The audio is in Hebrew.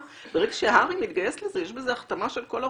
גם ברגע שהר"י מתגייס לזה יש בזה הכתמה של כל הרופאים.